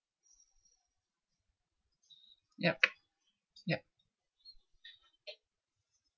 yep yep